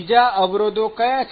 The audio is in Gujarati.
બીજા અવરોધો કયા છે